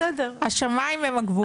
השמים הם הגבול.